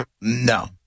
No